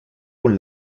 con